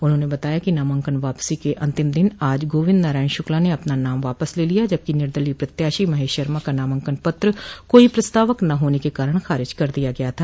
उन्होंने बताया कि नामांकन वापसी के अंतिम दिन आज गोविन्द नारायण शुक्ला ने अपना नाम वापस ले लिया जबकि निर्दलीय प्रत्याशी महेश शर्मा का नामांकन पत्र कोई प्रस्तावक न होने के कारण खारिज कर दिया गया था